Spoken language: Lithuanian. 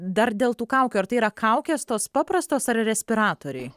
dar dėl tų kaukių ar tai yra kaukės tos paprastos ar respiratoriai